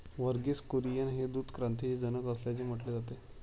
वर्गीस कुरियन हे दूध क्रांतीचे जनक असल्याचे म्हटले जाते